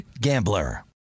gambler